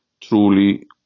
Truly